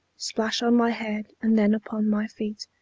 splash on my head, and then upon my feet,